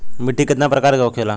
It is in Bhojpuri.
मिट्टी कितना प्रकार के होखेला?